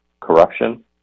corruption